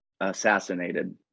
assassinated